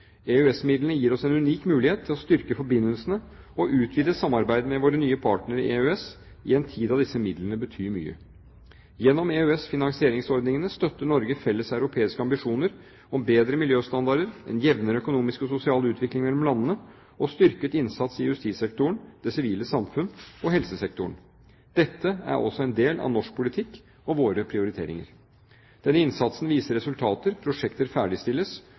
gir oss en unik mulighet til å styrke forbindelsene og utvide samarbeidet med våre nye partnere i EØS i en tid da disse midlene betyr mye. Gjennom EØS-finansieringsordningene støtter Norge felles europeiske ambisjoner om bedre miljøstandarder, en jevnere økonomisk og sosial utvikling mellom landene og styrket innsats i justissektoren, det sivile samfunn og helsesektoren. Dette er også en del av norsk politikk og våre prioriteringer. Denne innsatsen viser resultater, prosjekter ferdigstilles,